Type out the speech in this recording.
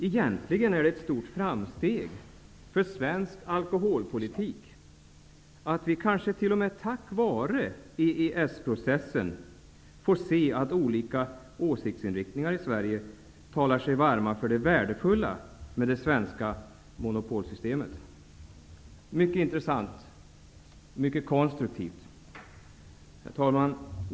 Egentligen är det ett stort framsteg för svensk alkoholpolitik att olika åsiktsinriktningar tack vare EES-processen talar sig varma för det värdefulla med det svenska monopolsystemet, vilket är mycket intressant och mycket konstruktivt. Herr talman!